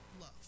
love